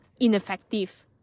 ineffective